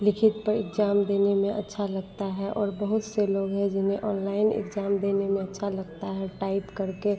लिखित पर इग्जाम देने में अच्छा लगता है और बहुत से लोग हैं जिन्हें ऑनलाइन इग्जाम देने में अच्छा लगता है टाइप करके